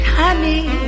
honey